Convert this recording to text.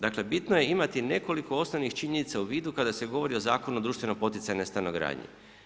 Dakle, bitno je imati nekoliko osnovnih činjenica u vidu kada se govori o Zakonu o društveno poticajnoj stanogradnji.